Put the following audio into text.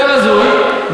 יותר הזוי.